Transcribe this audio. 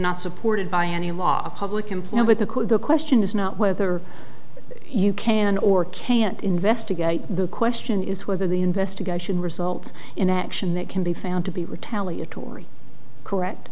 not supported by any law public employee with a code the question is not whether you can or can't investigate the question is whether the investigation results in action that can be found to be retaliatory correct